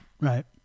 Right